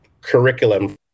curriculum